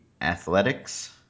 Athletics